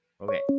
Okay